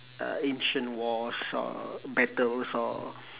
uh ancient wars or battles or